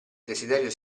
desiderio